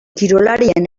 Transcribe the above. kirolariaren